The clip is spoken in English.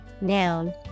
noun